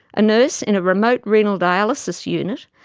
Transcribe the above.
a nurse in a remote renal dialysis unit,